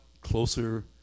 closer